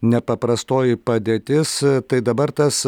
nepaprastoji padėtis tai dabar tas